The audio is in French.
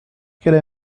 qu’elle